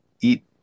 eat